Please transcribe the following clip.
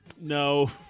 No